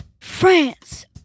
France